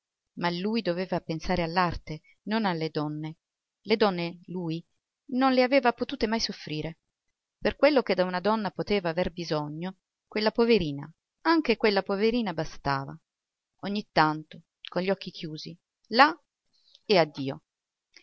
ma lui doveva pensare all'arte non alle donne le donne lui non le aveva potute mai soffrire per quello che da una donna poteva aver bisogno quella poverina anche quella poverina bastava ogni tanto con gli occhi chiusi là e addio